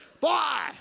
Bye